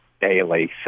daily